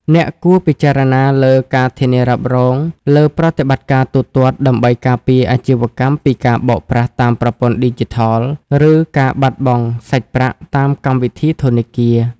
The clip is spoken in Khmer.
អ្នកគួរពិចារណាលើ ការធានារ៉ាប់រងលើប្រតិបត្តិការទូទាត់ ដើម្បីការពារអាជីវកម្មពីការបោកប្រាស់តាមប្រព័ន្ធឌីជីថល ឬការបាត់បង់សាច់ប្រាក់តាមកម្មវិធីធនាគារ។